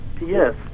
Yes